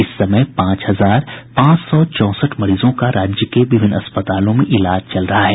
इस समय पांच हजार पांच सौ चौसठ मरीजों का राज्य के विभिन्न अस्पतालों में इलाज चल रहा है